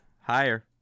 Higher